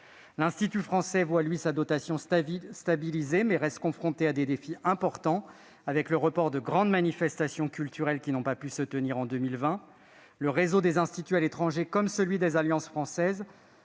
L'Institut français voit sa dotation stabilisée, mais il reste confronté à des défis importants, avec le report de grandes manifestations culturelles qui n'ont pas pu se tenir en 2020. Le réseau des instituts à l'étranger, comme celui des alliances françaises,